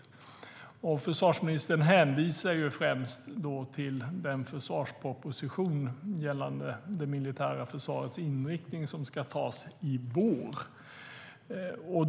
Försvarsministern hänvisar främst till den försvarsproposition gällande det militära försvarets inriktning som ska beslutas om i vår.